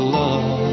love